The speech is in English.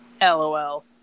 LOL